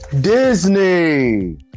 Disney